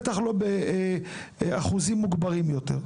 בטח לא באחוזים מוגברים יותר.